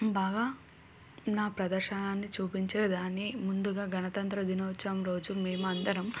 బాగా నా ప్రదర్శనని చూపించేదాన్ని ముందుగా గణతంత్ర దినోత్సవం రోజు మేము అందరం